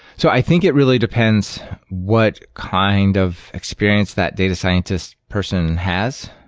so i think it really depends what kind of experience that data scientists person has.